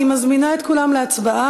אני מזמינה את כולם להצבעה.